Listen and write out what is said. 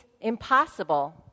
impossible